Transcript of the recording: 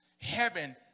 heaven